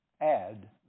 add